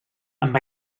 amb